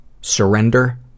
surrender